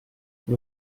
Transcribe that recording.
che